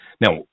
Now